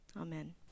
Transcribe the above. amen